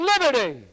Liberty